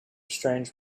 strange